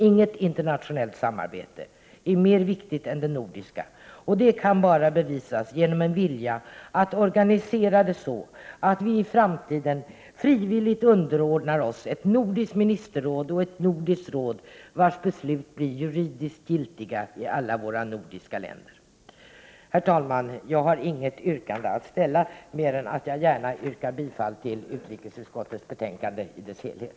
Inget internationellt samarbete är mer viktigt än det nordiska, och detta kan bara bevisas genom en vilja att organisera det så, att vi i framtiden frivilligt underordnar oss ett nordiskt ministerråd och ett nordiskt råd vars beslut blir juridiskt giltiga i alla våra nordiska länder. Herr talman! Jag har inget yrkande att ställa mer än att jag gärna yrkar bifall till utrikesutskottets hemställan i dess helhet.